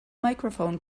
microphone